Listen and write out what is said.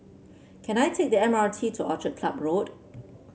can I take the M R T to Orchid Club Road